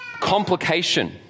complication